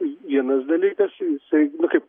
vienas dalykas jisai kaip